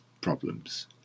problems